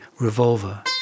Revolver